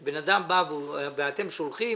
שבן אדם בא ואתם שולחים,